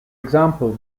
example